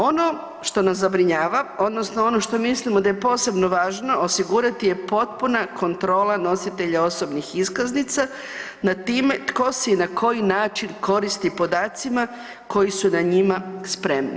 Ono što nas zabrinjava, odnosno ono što mislimo da je posebno važno osigurati je potpuna kontrola nositelja osobnih iskaznica nad time tko se i na koji način koristi podacima koji su na njima spremni.